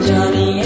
Johnny